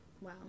Wow